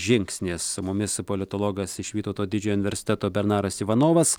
žingsnis su mumis politologas iš vytauto didžiojo universiteto bernaras ivanovas